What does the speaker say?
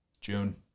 June